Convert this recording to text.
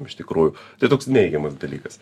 iš tikrųjų tai toks neigiamas dalykas